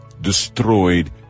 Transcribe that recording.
destroyed